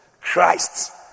Christ